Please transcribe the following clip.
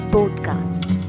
Podcast